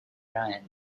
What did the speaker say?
ran